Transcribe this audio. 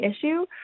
issue